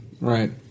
right